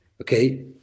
okay